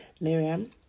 Miriam